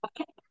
Okay